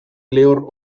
lehor